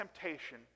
temptation